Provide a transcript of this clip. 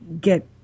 get